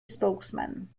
spokesman